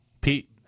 Pete